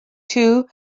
too